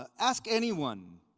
ah ask anyone